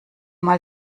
mal